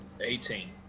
Eighteen